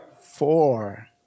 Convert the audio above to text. Four